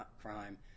crime